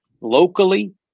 locally